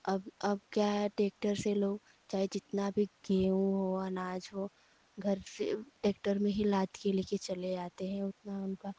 अब अब क्या है ट्रैक्टर से लोग कितना भी गेहूँ हो अनाज हो घर पे ट्रैक्टर में ही लाद कर ले कर चले आते हैं उनका